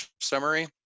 summary